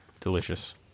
Delicious